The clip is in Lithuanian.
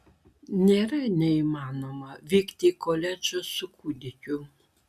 nėra neįmanoma vykti į koledžą su kūdikiu